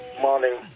morning